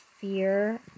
fear